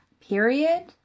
period